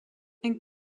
and